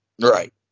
Right